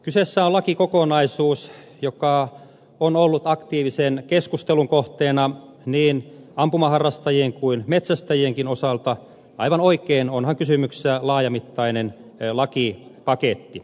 kyseessä on lakikokonaisuus joka on ollut aktiivisen keskustelun kohteena niin ampumaharrastajien kuin metsästäjienkin osalta aivan oikein onhan kysymyksessä laajamittainen lakipaketti